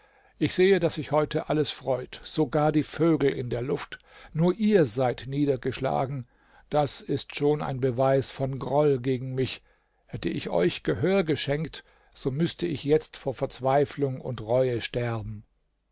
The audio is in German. ich sehe daß sich heute alles freut sogar die vögel in der luft nur ihr seid niedergeschlagen das ist schon ein beweis von groll gegen mich hätte ich euch gehör geschenkt so müßte ich jetzt vor verzweiflung und reue sterben